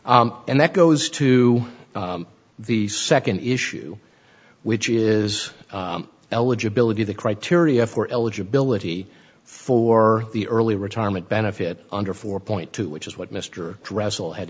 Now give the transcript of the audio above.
n and that goes to the second issue which is eligibility the criteria for eligibility for the early retirement benefit under four point two which is what mr tressel had